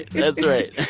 that's right.